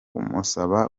kumusaba